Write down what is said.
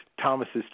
Thomas's